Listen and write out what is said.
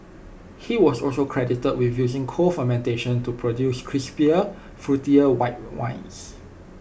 he was also credited with using cold fermentation to produce crisper fruitier white wines